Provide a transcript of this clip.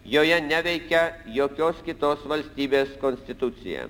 joje neveikia jokios kitos valstybės konstitucija